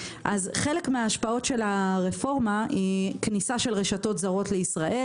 חלק מההשפעות של הרפורמה היא כניסת רשתות זרות לישראל,